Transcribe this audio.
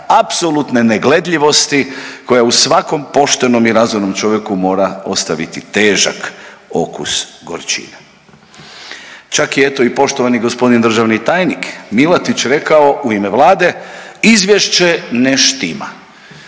apsolutne negledljivosti koja u svakom poštenom i razumnom čovjeku mora ostaviti težak okus gorčine. Čak je eto i poštovani g. državni tajnik Milatić rekao u ime vlade izvješće ne štima,